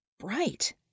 bright